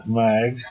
mag